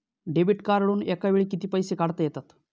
Debit कार्डवरुन एका वेळी किती पैसे काढता येतात?